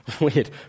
weird